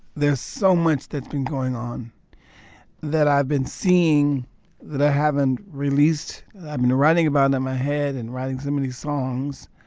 there's so much that's been going on that i've been seeing that i haven't released. i've been writing about them in my head and writing so many songs.